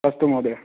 अस्तु महोदय